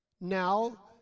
now